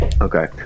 Okay